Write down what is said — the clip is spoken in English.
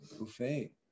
buffet